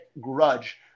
Grudge